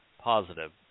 positive